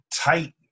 tight